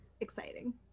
exciting